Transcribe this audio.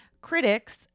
Critics